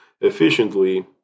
efficiently